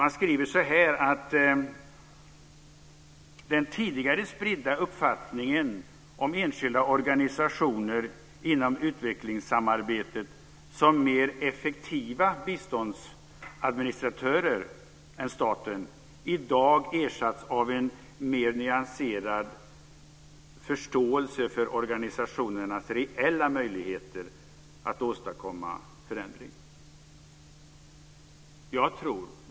Man skriver så här: Den tidigare spridda uppfattningen om enskilda organisationer inom utvecklingssamarbetet som mer effektiva biståndsadministratörer än staten har i dag ersatts av en mer nyanserad förståelse för organisationernas reella möjligheter att åstadkomma förändring.